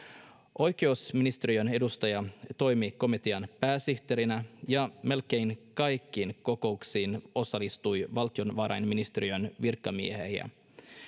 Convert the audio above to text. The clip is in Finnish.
oikeusministeriön edustaja toimi komitean pääsihteerinä ja melkein kaikkiin kokouksiin osallistui valtiovarainministeriön virkamiehiä